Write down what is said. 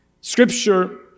Scripture